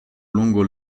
lungo